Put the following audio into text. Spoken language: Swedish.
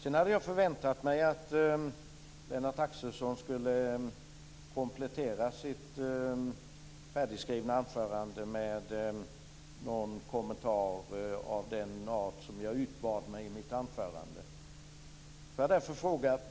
Jag hade förväntat mig att Lennart Axelsson skulle komplettera sitt färdigskrivna anförande med någon kommentar av den art som jag utbad mig i mitt anförande.